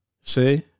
See